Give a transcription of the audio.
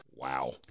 Wow